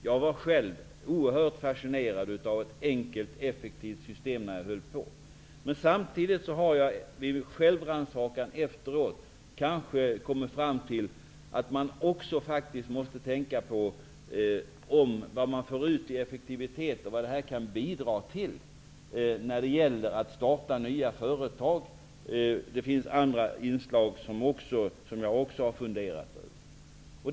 Jag var själv oerhört fascinerad av tanken på ett enkelt, effektivt system när jag höll på med detta, men vid självrannsakan efteråt har jag kommit fram till att man också måste tänka på vad det ger i effektivitet och vad det kan bidra till när det gäller att starta nya företag. Det finns också andra inslag som jag har funderat över.